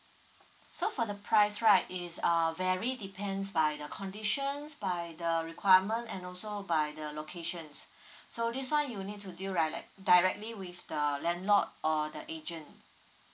so for the price right is err vary depends by the conditions by the requirement and also by the locations so this one you need to deal direct directly with the landlord or the agent